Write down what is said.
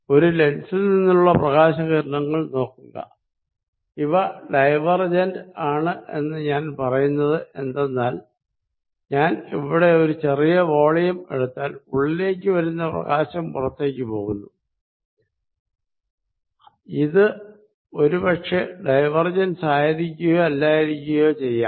ഒരു ലെൻസിൽ നിന്നുള്ള പ്രകാശകിരണങ്ങൾ നോക്കുക ഇവ ഡൈവേർജന്റ് ആണ് എന്ന് ഞാൻ പറയുന്നത് എന്തെന്നാൽ ഞാൻ ഇവിടെ ഒരു ചെറു വോളിയം എടുത്താൽ ഉള്ളിലേക്ക് വരുന്ന പ്രകാശം പുറത്തേക്ക് പോകുന്നു ഇത് ഒരു പക്ഷെ ഡൈവേർജെൻസ് ആയിരിക്കുകയോ അല്ലായിരിക്കുകയോ ആകാം